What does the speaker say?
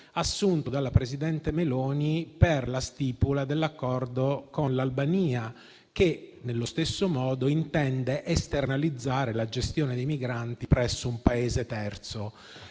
assunto dalla presidente Meloni per la stipula dell’accordo con l’Albania, che nello stesso modo intende esternalizzare la gestione dei migranti presso un Paese terzo.